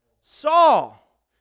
Saul